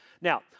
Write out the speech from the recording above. Now